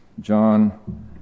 John